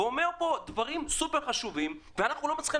והוא אומר פה דברים סופר חשובים ואנחנו לא מצליחים